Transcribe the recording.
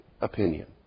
opinion